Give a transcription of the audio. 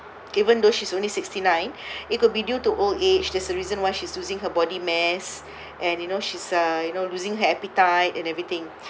even though she's only sixty nine it could be due to old age that's the reason why she's losing her body mass and you know she's uh you know losing her appetite and everything